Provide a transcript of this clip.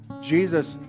Jesus